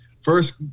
first